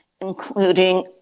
including